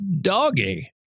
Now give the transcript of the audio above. doggy